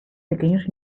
pequeños